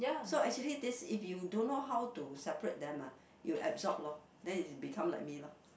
so actually this if you don't know how to separate them ah you absorb lor then is become like me lor